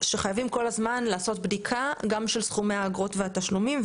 שחייבים כל הזמן לעשות בדיקה גם של סכומי האגרות והתשלומים.